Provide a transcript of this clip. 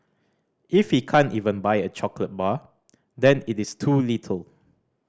if he can't even buy a chocolate bar then it is too little